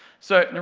so,